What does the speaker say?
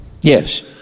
yes